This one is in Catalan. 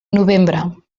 novembre